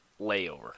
layover